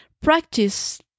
practice